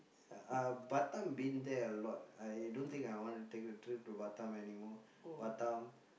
uh Batam been there a lot I don't think I want to take a trip to Batam anymore Batam